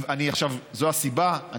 זו הסיבה,